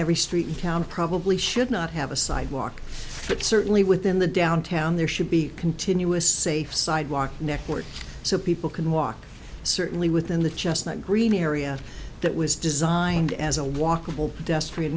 every street in town probably should not have a sidewalk but certainly within the downtown there should be continuous safe sidewalk network so people can walk certainly within the just not green area that was designed as a walkable desperate